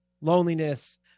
loneliness